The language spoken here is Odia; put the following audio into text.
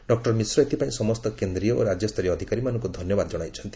ଡକ୍କର ମିଶ୍ର ଏଥିପାଇଁ ସମସ୍ତ କେନ୍ଦ୍ରୀୟ ଓ ରାଜ୍ୟସ୍ତରୀୟ ଅଧିକାରୀମାନଙ୍କୁ ଧନ୍ୟବାଦ ଜଣାଇଛନ୍ତି